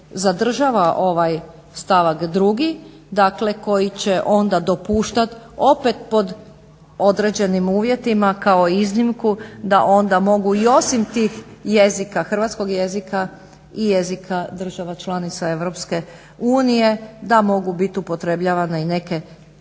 zadržava ovaj stavak drugi, dakle koji će onda dopuštat opet pod određenim uvjetima kao iznimku da onda mogu i osim tih jezika, hrvatskog jezika i jezika država članica EU da mogu biti upotrebljavane i neke